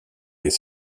les